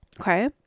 Okay